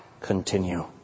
continue